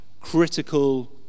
critical